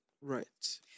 Right